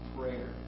Prayer